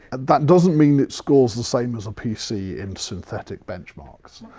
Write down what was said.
that doesn't mean it scores the same as a pc in synthetic benchmarks,